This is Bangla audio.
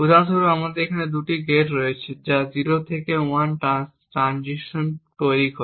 উদাহরণস্বরূপ এখানে আমাদের দুটি গেট রয়েছে যা 0 থেকে 1 ট্রানজিশন তৈরি করে